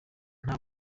nta